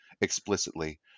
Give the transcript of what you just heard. explicitly